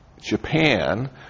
Japan